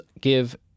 give